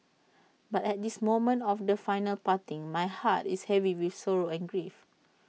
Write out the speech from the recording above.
but at this moment of the final parting my heart is heavy with sorrow and grief